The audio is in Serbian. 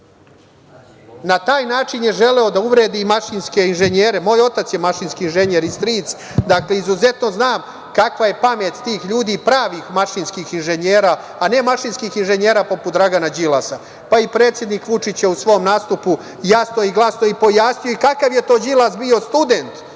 Na taj način je želeo da uvredi mašinske inženjere. Moj otac i stric su mašinski inženjeri i zato znam kakva je pamet tih ljudi, pravih mašinskih inženjera, a ne mašinskih inženjera poput Dragana Đilasa. Predsednik Vučić je u svom nastupu jasno i glasno pojasnio kakav je to Dragan Đilas bio student,